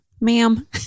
ma'am